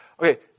Okay